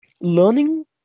learning